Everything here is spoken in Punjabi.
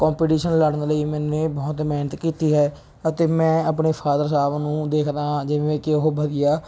ਕੋਂਪੀਟੀਸ਼ਨ ਲੜਨ ਲਈ ਲਈ ਮੈਨੇ ਬਹੁਤ ਮਿਹਨਤ ਕੀਤੀ ਹੈ ਅਤੇ ਮੈਂ ਆਪਣੇ ਫਾਦਰ ਸਾਹਿਬ ਨੂੰ ਦੇਖਦਾ ਹਾਂ ਜਿਵੇਂ ਕਿ ਉਹ ਵਧੀਆ